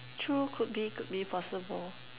true could be could be possible